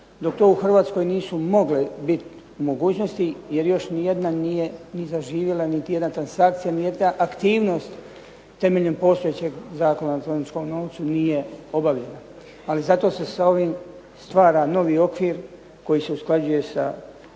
dok to u Hrvatskoj to nisu mogle biti mogućnosti, jer još nijedna nije zaživjela niti jedna transakcija niti aktivnost temeljem postojećeg Zakona o elektroničkom novcu nije obavljena. Ali zato se sa ovim stvara novi okvir koji se usklađuje sa europskom